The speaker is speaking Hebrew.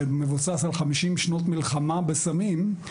שמבוסס על 50 שנות מלחמה בסמים,